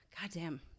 goddamn